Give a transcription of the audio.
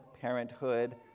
Parenthood